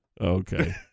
Okay